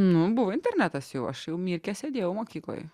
nu buvo internetas jau aš jau mirke sėdėjau mokykloj